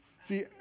See